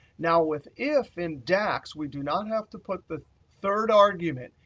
now with if in dax, we do not have to put the third argument.